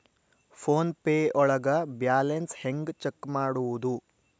Phone pay ಒಳಗ balance ಹೆಂಗ್ check ಮಾಡುವುದು?